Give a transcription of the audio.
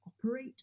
operate